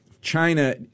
China